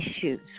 issues